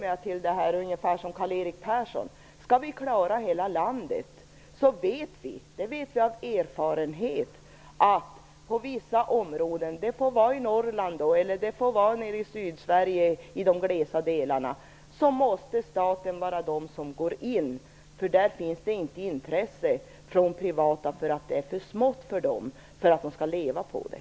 Jag säger ungefär som Karl-Erik Persson, att om vi skall klara hela landet vet vi av erfarenhet att staten i vissa områden - det må vara i Norrland eller i de glesa delarna av Sydsverige - måste gå in därför att det inte finns intresse för de privata. Det är för smått för att de skall kunna leva på det.